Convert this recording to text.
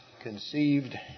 conceived